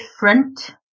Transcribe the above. different